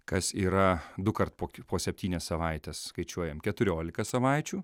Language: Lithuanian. kas yra dukart pok po septynias savaites skaičiuojam keturiolika savaičių